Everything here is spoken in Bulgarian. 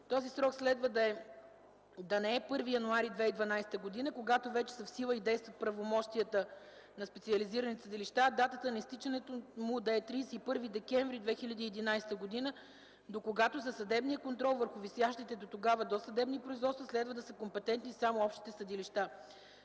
Този срок следва да не е „1 януари 2012 г.”, когато вече са в сила и действат правомощията на специализираните съдилища, а датата на изтичането му да е „31 декември 2011 г.”, до когато за съдебния контрол върху висящите до тогава досъдебни производства следва да са компетентни само общите съдилища.